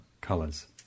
colors